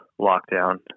lockdown